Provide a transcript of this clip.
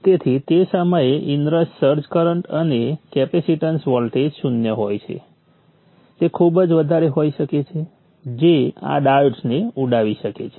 તેથી તે સમયે ઇનરશ સર્જ કરન્ટ અને કેપેસિટેન્સ વોલ્ટેજ શૂન્ય હોય છે તે ખૂબ જ વધારે હોઇ શકે છે જે આ ડાયોડ્સને ઉડાવી ખરાબ કરી શકે છે